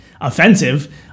offensive